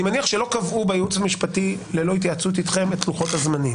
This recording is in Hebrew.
אני מניח שלא קבעו בייעוץ המשפטי ללא התייעצות אתכם את לוחות הזמנים.